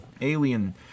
alien